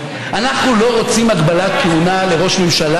היושב-ראש.